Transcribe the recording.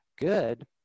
good